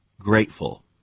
Grateful